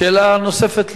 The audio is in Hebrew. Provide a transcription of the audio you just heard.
שאלה נוספת לרשותך,